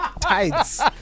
Tights